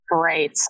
great